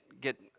get